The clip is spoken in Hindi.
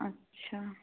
अच्छा